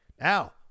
now